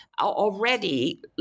already